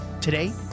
Today